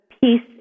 peace